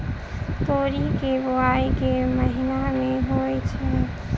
तोरी केँ बोवाई केँ महीना मे होइ छैय?